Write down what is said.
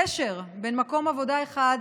גשר בין מקום עבודה אחד למשנהו,